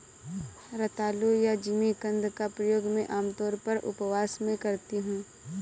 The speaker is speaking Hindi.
रतालू या जिमीकंद का प्रयोग मैं आमतौर पर उपवास में करती हूँ